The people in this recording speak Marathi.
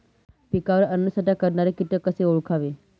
पिकावर अन्नसाठा करणारे किटक कसे ओळखावे?